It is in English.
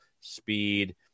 speed